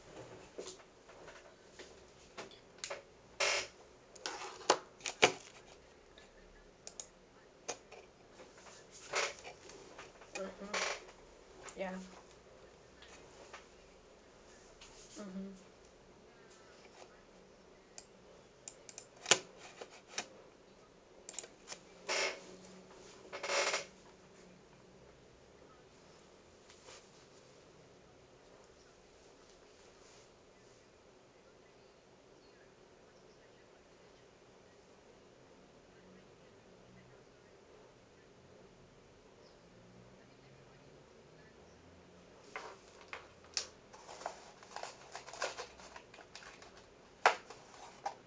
(uh huh) ya mmhmm